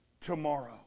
tomorrow